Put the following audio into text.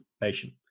patient